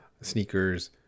sneakers